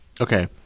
Okay